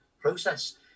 process